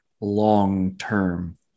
long-term